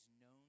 known